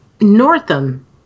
northam